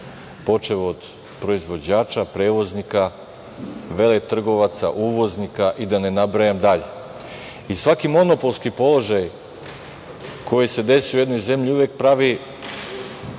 počev od proizvođača, prevoznika, veletrgovaca, uvoznika i da ne nabrajam dalje. Svaki monopolski položaj koji se desi u jednoj zemlji uvek pravi